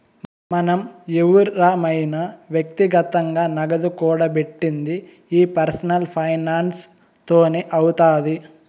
మనం ఎవురమైన వ్యక్తిగతంగా నగదు కూడబెట్టిది ఈ పర్సనల్ ఫైనాన్స్ తోనే అవుతాది